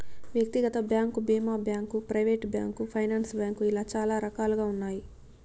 వ్యక్తిగత బ్యాంకు భీమా bank, private bank, finance bank ఇలా చాలా రకాలుగా ఉన్నాయి